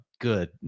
Good